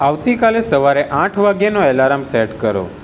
આવતીકાલે સવારે આઠ વાગ્યાનો એલાર્મ સેટ કરો